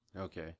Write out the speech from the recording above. Okay